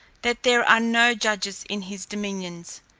that there are no judges in his dominions.